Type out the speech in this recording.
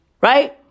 right